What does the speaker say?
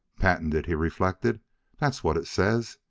patented, he reflected that's what it says,